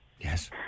Yes